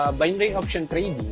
ah binary options trading.